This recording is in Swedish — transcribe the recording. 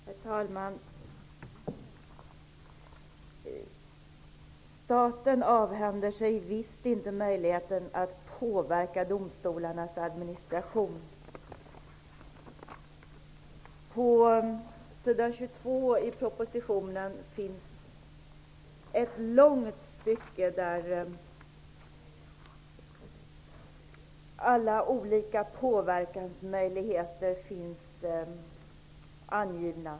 Herr talman! Staten avhänder sig visst inte möjligheten att påverka domstolarnas administration. På s. 22 i propositionen finns ett långt stycke, där alla olika påverkansmöjligheter finns angivna.